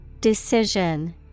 Decision